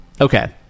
okay